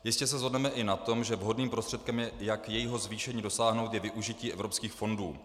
Jistě se shodneme i na tom, že vhodným prostředkem, jak jejího zvýšení dosáhnout, je využití evropských fondů.